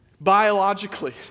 biologically